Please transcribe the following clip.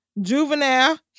Juvenile